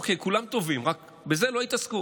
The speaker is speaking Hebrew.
אוקיי, כולם טובים, רק בזה לא התעסקו.